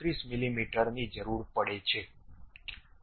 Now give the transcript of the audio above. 32 મીમીની જરૂર પડે છે